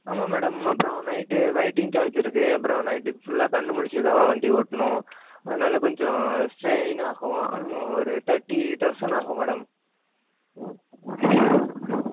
ஆமாம் மேடம் அப்புறம் night waiting சார்ஜிருக்கு அப்புறம் நைட்டுக்கு ஃபுல்லாக கண்ணு முழிச்சிதான் வண்டி ஓட்டனும் அதனால கொஞ்சம் ஸ்ட்ரைன் ஆகும் ஒரு தெர்ட்டி தவுசன்ட் ஆகும் மேடம்